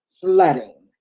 flooding